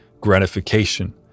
gratification